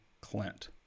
Clint